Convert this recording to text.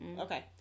Okay